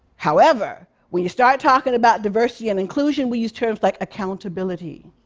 however, when you start talking about diversity and inclusion, we use terms like accountability.